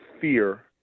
fear